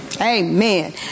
Amen